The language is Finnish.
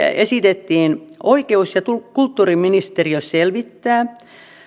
esitettiin lausumaehdotus opetus ja kulttuuriministeriö selvittää